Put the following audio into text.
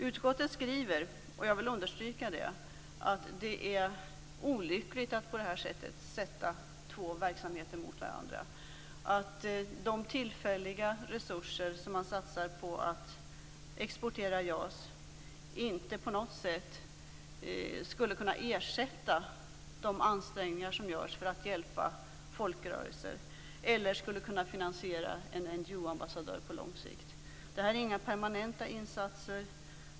Utskottet skriver, vilket jag vill understryka, att det är olyckligt att på detta sätt sätta två verksamheter mot varandra. De tillfälliga resurser som man satsar på att exportera JAS skulle inte på något sätt kunna ersätta de ansträngningar som görs för att hjälpa folkrörelser eller på lång sikt kunna finansiera en NGO-ambassadör. Detta är inga permanenta insatser.